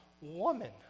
woman